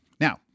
Now